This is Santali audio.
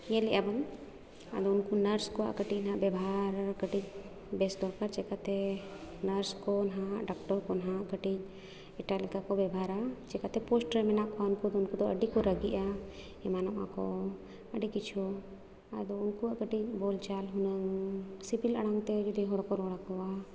ᱧᱮᱞ ᱮᱫᱟᱵᱚᱱ ᱟᱫᱚ ᱩᱱᱠᱩ ᱱᱟᱨᱥ ᱠᱚᱣᱟᱜ ᱠᱟᱹᱴᱤᱡ ᱦᱟᱸᱜ ᱵᱮᱵᱚᱦᱟᱨ ᱠᱟᱹᱴᱤᱡ ᱵᱮᱥ ᱫᱚᱨᱠᱟᱨ ᱪᱮᱠᱟᱹᱛᱮ ᱱᱟᱨᱥ ᱠᱚ ᱦᱟᱸᱜ ᱰᱟᱠᱴᱚᱨ ᱠᱚ ᱦᱟᱸᱜ ᱠᱟᱹᱴᱤᱡ ᱮᱴᱟᱜ ᱞᱮᱠᱟ ᱠᱚ ᱵᱮᱵᱷᱟᱨᱟ ᱪᱤᱠᱟᱹᱛᱮ ᱯᱳᱥᱴ ᱨᱮ ᱢᱮᱱᱟᱜ ᱠᱚᱣᱟ ᱩᱱᱠᱩ ᱫᱚ ᱩᱱᱠᱩ ᱫᱚ ᱟᱹᱰᱤ ᱠᱚ ᱨᱟᱹᱜᱤᱜᱼᱟ ᱮᱢᱟᱱᱚᱜᱼᱟᱠᱚ ᱟᱹᱰᱤ ᱠᱤᱪᱷᱩ ᱟᱫᱚ ᱩᱱᱠᱩᱣᱟᱜ ᱠᱟᱹᱴᱤᱡ ᱵᱳᱞᱪᱟᱞ ᱦᱩᱱᱟᱹᱝ ᱥᱤᱵᱤᱞ ᱟᱲᱟᱝᱛᱮ ᱡᱩᱫᱤ ᱦᱚᱲ ᱠᱚ ᱨᱚᱲ ᱟᱠᱚᱣᱟ